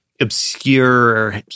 obscure